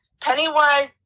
Pennywise